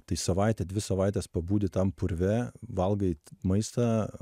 tai savaitę dvi savaites pabūti tam purve valgai maistą